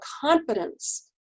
confidence